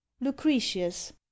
Lucretius